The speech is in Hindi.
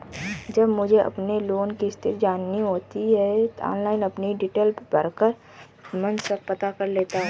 जब मुझे अपने लोन की स्थिति जाननी होती है ऑनलाइन अपनी डिटेल भरकर मन सब पता कर लेता हूँ